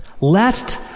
lest